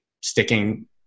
sticking